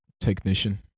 Technician